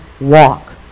walk